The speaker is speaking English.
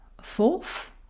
Fourth